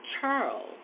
Charles